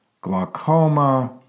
glaucoma